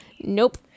Nope